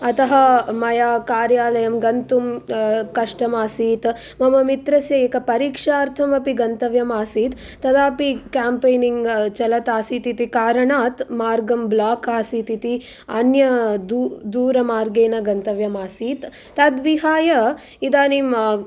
अतः मया कार्यालयं गन्तुं कष्टम् आसीत् मम मित्रस्य एकपरीक्षार्थमपि गन्तव्यम् आसीत् तदापि केम्पेनिङ्ग् चलत् आसीत् इति कारणात् मार्गं ब्लाक् आसीत् इति अन्य दू दूरमार्गेण गन्तव्यम् आसीत् तद्विहाय इदानीं